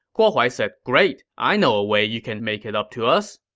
guo huai said, great, i know a way you can make it up to us.